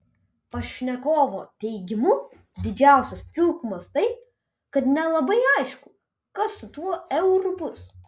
pašnekovo teigimu didžiausias trūkumas tai kad nelabai aišku kas su tuo euru bus